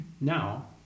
Now